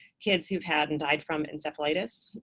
kids who've had and died from encephalitis,